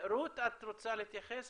רות, את רוצה להתייחס?